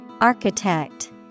Architect